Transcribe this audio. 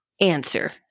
answer